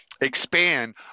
expand